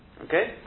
Okay